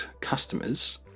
customers